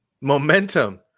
Momentum